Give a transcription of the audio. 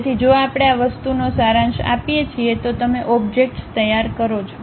તેથી જો આપણે આ વસ્તુનો સારાંશ આપીએ છીએ તો તમે ઓબ્જેક્ટ્સ તૈયાર કરો છો